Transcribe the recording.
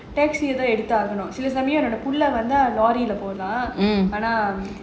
taxi தான் எடுத்து ஆகணும் சில சமயம் என் புள்ள வந்தா:thaan eduthu aaganum sila samayam en pulla vantha lorry போகலாம் ஆனா:pogalaam aanaa